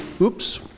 Oops